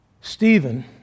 Stephen